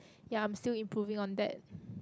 ya I'm still improving on that